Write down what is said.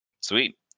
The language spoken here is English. Sweet